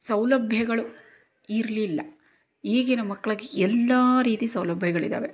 ಸೌಲಭ್ಯಗಳು ಇರಲಿಲ್ಲ ಈಗಿನ ಮಕ್ಕಳಿಗೆ ಎಲ್ಲಾ ರೀತಿ ಸೌಲಭ್ಯಗಳಿದ್ದಾವೆ